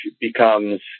becomes